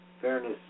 Fairness